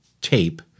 tape